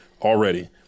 already